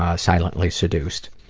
ah silently seduced.